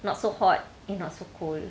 not so hot eh not so cold